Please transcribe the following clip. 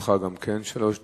לרשותך גם כן שלוש דקות.